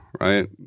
right